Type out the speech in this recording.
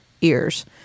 ears